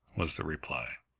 was the reply.